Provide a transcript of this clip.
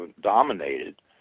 dominated